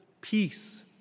peace